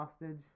hostage